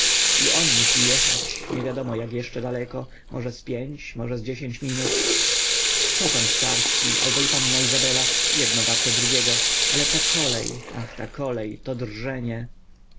i on musi jechać niewiadomo jak jeszcze daleko może z pięć może z dziesięć minut cotam starski albo i panna izabela jedno warte drugiego ale ta kolej ach ta kolej to drżenie